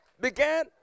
began